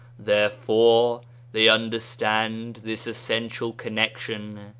therefore they understand this essential connection,